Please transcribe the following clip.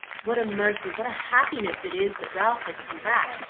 what a mercy, what a happiness it is that ralph has come back!